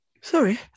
Sorry